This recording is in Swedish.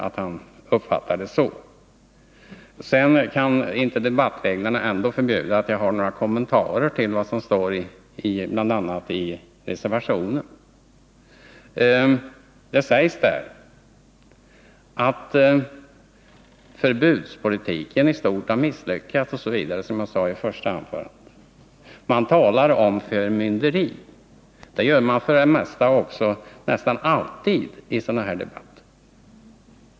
Sedan kan debattreglerna ändå inte förbjuda att jag gör några kommentarer till vad som står i reservationen. Det sägs där att förbudspolitiken i stort har misslyckats osv., som jag sade i mitt första anförande. Man talar om förmynderi. Det gör man nästan alltid i sådana här debatter.